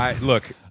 Look